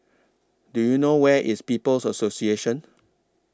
Do YOU know Where IS People's Association